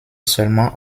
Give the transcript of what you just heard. seulement